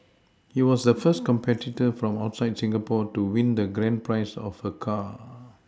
he was the first competitor from outside Singapore to win the grand prize of a car